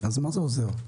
מה זה עוזר?